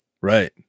Right